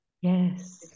yes